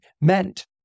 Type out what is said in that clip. meant